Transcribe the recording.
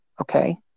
Okay